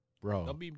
Bro